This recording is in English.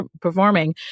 performing